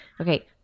Okay